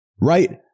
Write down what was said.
right